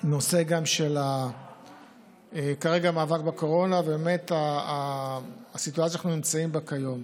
הנושא של המאבק בקורונה כרגע והסיטואציה שאנחנו נמצאים בה היום.